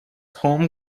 home